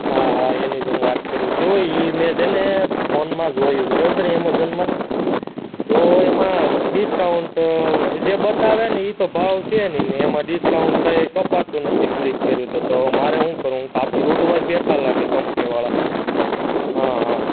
હા હા એની જ હું વાત કરું છું એ મેં છે ને ફોનમાં જોયું બરાબર એમેઝોનમાં તો એમાં ડિસ્કાઉન્ટ જે બતાવે ને એ તો ભાવ છે નહીં ને એમાં ડિસ્કાઉન્ટ કાંઈ કપાતું નથી ક્લિક કર્યું તો તો હવે મારે શું કરવું હું કહું આ તો લૂંટવા જ બેઠાં લાગે કંપનીવાળા હં હં